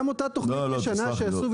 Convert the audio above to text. גם אותה תוכנית ישנה שעשו,